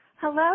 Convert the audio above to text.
Hello